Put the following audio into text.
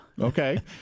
Okay